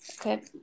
Okay